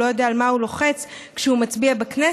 הוא לא יודע על מה הוא לוחץ כשהוא מצביע בכנסת?